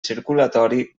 circulatori